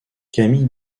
camille